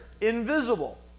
invisible